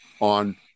on